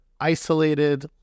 isolated